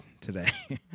today